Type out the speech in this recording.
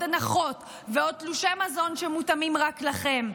הנחות ועוד תלושי מזון שמותאמים רק לכם.